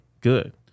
good